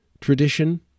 tradition